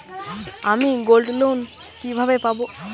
আমি গোল্ডলোন কিভাবে পাব?